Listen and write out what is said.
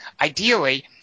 Ideally